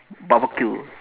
barbecue